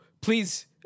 please